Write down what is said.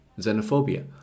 xenophobia